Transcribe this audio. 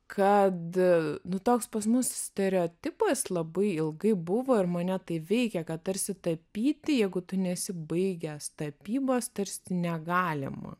kad toks pas mus stereotipas labai ilgai buvo ir mane tai veikė kad tarsi tapyti jeigu tu nesi baigęs tapybos tarsi negalima